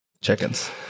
Chickens